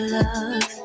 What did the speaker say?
love